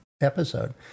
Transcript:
episode